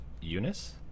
Eunice